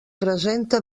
presenta